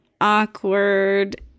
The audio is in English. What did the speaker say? awkward